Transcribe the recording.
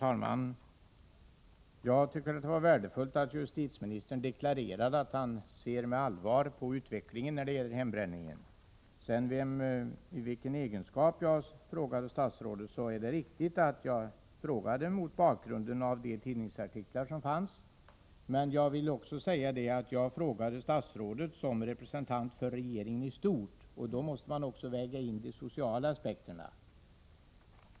Herr talman! Det var värdefullt att justitieministern deklarerade att han ser med allvar på utvecklingen när det gäller hembränningen. Beträffande i vilken egenskap jag frågade statsrådet är det riktigt att jag ställde frågan mot bakgrund av de nämnda tidningsartiklarna. Men jag frågade statsrådet också i hans egenskap av representant för regeringen i stort. Då måste man väga in de sociala aspekterna.